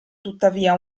tuttavia